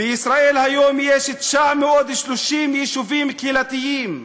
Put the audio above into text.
בישראל היום יש 930 יישובים קהילתיים,